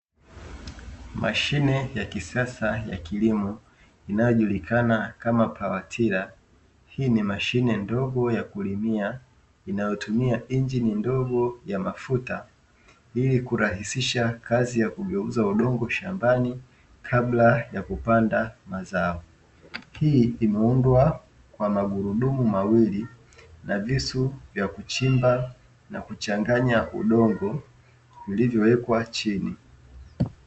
Mashine ya kisasa ya kilimo inayojulikana kama pawatila, hii ni mashine ndogo ya kulimia inayotumia injini ndogo ya mafuta ili kurahisisha kazi ya kugeuza udongo shambani kabla ya kupanda mazao, hii imeundwa kwa magurudumu mawili na visu ya kuchimba na kuchanganya udongo vilivyowekwa chini.